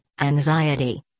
anxiety